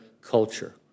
culture